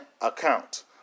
account